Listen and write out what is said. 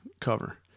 cover